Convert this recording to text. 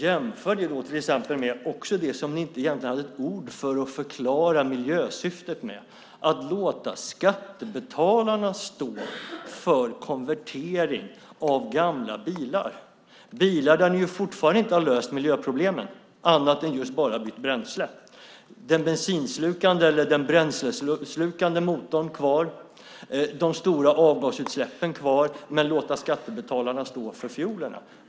Jämför det med till exempel det som ni inte sade ett ord om för att förklara miljösyftet med, att låta skattebetalarna stå för konvertering av gamla bilar, bilar där ni ju fortfarande inte har löst miljöproblemen annat än vad gäller just bara bränslet. Den bränsleslukande motorn är kvar, de stora avgasutsläppen är kvar, men ni låter skattebetalarna stå för fiolerna.